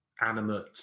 animate